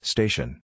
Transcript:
Station